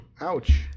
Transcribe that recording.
ouch